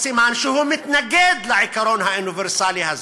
סימן שהוא מתנגד לעיקרון האוניברסלי הזה,